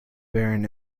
barren